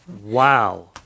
Wow